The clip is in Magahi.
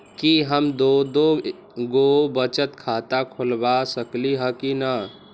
कि हम दो दो गो बचत खाता खोलबा सकली ह की न?